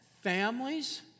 Families